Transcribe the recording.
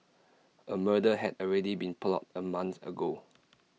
A murder had already been plotted A month ago